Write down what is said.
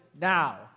now